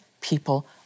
people